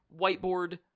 whiteboard